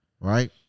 Right